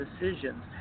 decisions